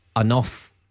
enough